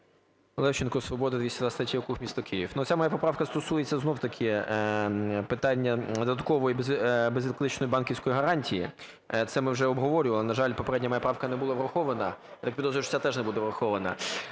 Левченко, "Свобода", 223 округ, місто Київ. Ну, ця моя поправка стосується, знову-таки, питання додаткової безвідкличної банківської гарантії. Це ми вже обговорювали. На жаль, попередня моя правка не була врахована. Я підозрюю, що ця теж не буде врахована.